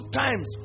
times